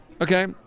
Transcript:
Okay